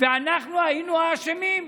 אנחנו היינו האשמים.